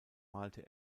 malte